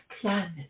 planet